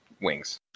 wings